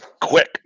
quick